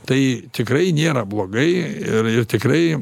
tai tikrai nėra blogai ir ir tikrai